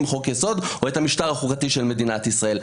חוק-יסוד או את המשטר החוקתי של מדינת ישראל,